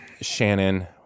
Shannon